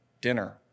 dinner